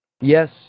Yes